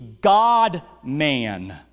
God-man